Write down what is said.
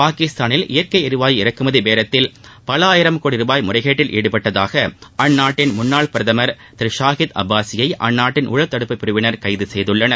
பாகிஸ்தானில் இயற்கை எரிவாயு இறக்குமதி பேரத்தில் பல ஆயிரம் கோடி ரூபாய் முறைகேட்டில் ஈடுபட்டதாக அந்நாட்டின் முன்னாள் பிரதமர் திரு ஷாகித் அப்பாசியை அந்நாட்டின் ஊழல் தடுப்பு பிரிவினர் கைது செய்துள்ளனர்